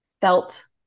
felt